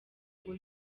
ngo